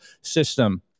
system